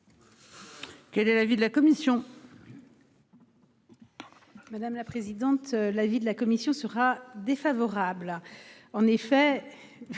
Quel est l'avis de la commission. Madame la présidente. L'avis de la commission sera défavorable en effet.